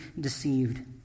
deceived